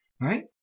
Right